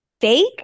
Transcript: fake